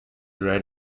read